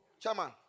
chairman